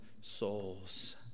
souls